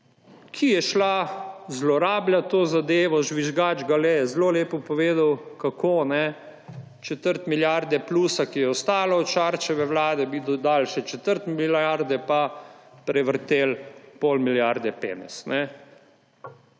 ki je šla zlorabljat to zadevo. Žvižgač Gale je zelo lepo povedal, četrt milijarde plusa, ki je ostalo od Šarčeve vlade, bi dodali še četrt milijarde pa prevrteli pol milijarde penez.